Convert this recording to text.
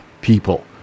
people